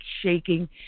shaking